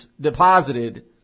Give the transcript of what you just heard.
deposited